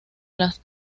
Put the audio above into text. las